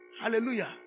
Hallelujah